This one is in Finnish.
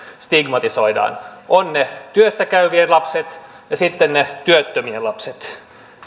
stigmatisoidaan ovat ne työssä käyvien lapset ja sitten ne työttömien lapset